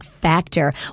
Factor